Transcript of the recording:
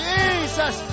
Jesus